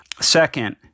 Second